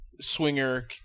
swinger